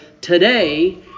today